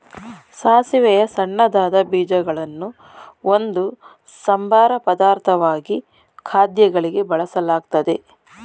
ಸಾಸಿವೆಯ ಸಣ್ಣದಾದ ಬೀಜಗಳನ್ನು ಒಂದು ಸಂಬಾರ ಪದಾರ್ಥವಾಗಿ ಖಾದ್ಯಗಳಿಗೆ ಬಳಸಲಾಗ್ತದೆ